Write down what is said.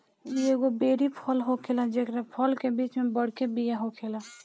इ एगो बेरी फल होखेला जेकरा फल के बीच में बड़के बिया होखेला